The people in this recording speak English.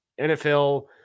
NFL